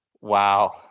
wow